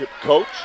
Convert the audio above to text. coach